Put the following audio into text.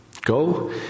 Go